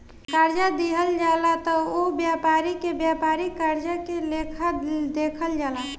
कर्जा दिहल जाला त ओह व्यापारी के व्यापारिक कर्जा के लेखा देखल जाला